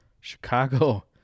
Chicago